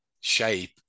shape